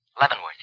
Leavenworth